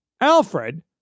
Alfred